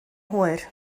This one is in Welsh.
hwyr